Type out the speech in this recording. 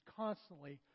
constantly